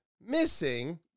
missing